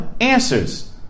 Answers